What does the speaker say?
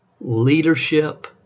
leadership